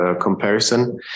comparison